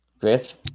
Griff